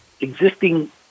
existing